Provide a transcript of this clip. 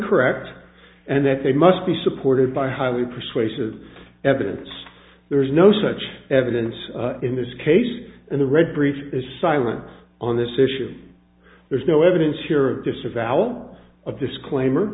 correct and that they must be supported by highly persuasive evidence there is no such evidence in this case and the red brief is silent on this issue there's no evidence here of dis